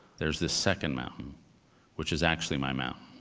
there's this second mountain which is actually my mountain,